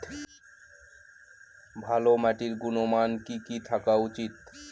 ভালো মাটির গুণমান কি কি থাকা উচিৎ?